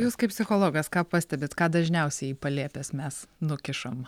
jūs kaip psichologas ką pastebit ką dažniausiai į palėpes mes nukišam